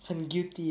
很 guilty ah